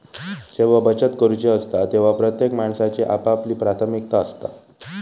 जेव्हा बचत करूची असता तेव्हा प्रत्येक माणसाची आपापली प्राथमिकता असता